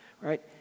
right